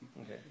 okay